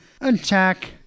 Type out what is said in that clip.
attack